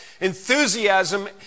enthusiasm